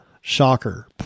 shocker